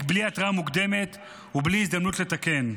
בלי התראה מוקדמת ובלי הזדמנות לתקן.